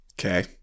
Okay